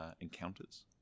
encounters